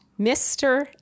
mr